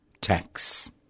tax